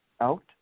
out